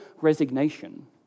Resignation